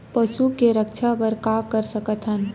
पशु के रक्षा बर का कर सकत हन?